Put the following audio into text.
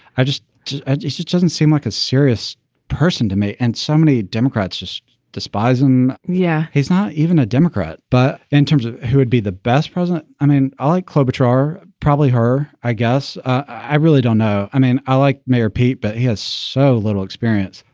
i just it just just doesn't seem like a serious person to me. and so many democrats just despise him. yeah, he's not even a democrat. but in terms of who would be the best president, i mean, i like kilo-bits are are probably her. i guess i really don't know. i mean, i like mayor pete, but he has so little experience,